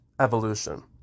evolution